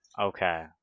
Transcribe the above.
Okay